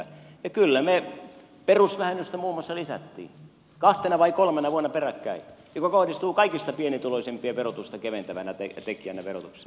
ja kyllä me muun muassa perusvähennystä lisäsimme kahtena vai kolmena vuonna peräkkäin joka kohdistuu kaikista pienituloisimpien verotusta keventävänä tekijänä verotukseen